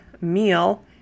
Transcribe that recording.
meal